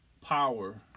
power